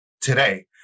today